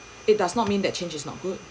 it does not mean that change is not good